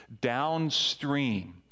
downstream